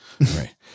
Right